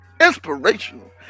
inspirational